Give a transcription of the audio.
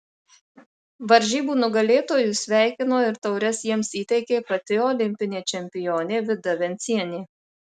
varžybų nugalėtojus sveikino ir taures jiems įteikė pati olimpinė čempionė vida vencienė